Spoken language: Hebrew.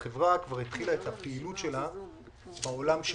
החברה כבר התחילה את הפעילות שלה בעולם של